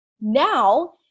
now